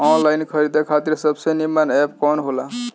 Online खरीदे खातिर सबसे नीमन एप कवन हो ला?